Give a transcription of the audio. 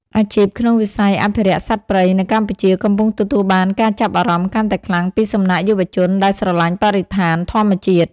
អាជីពក្នុងវិស័យអភិរក្សសត្វព្រៃនៅកម្ពុជាកំពុងទទួលបានការចាប់អារម្មណ៍កាន់តែខ្លាំងពីសំណាក់យុវជនដែលស្រឡាញ់បរិស្ថានធម្មជាតិ។